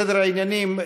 סדר העניינים,